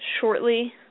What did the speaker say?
shortly